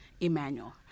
Emmanuel